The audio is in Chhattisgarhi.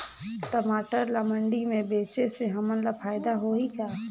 टमाटर ला मंडी मे बेचे से हमन ला फायदा होही का?